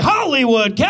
Hollywood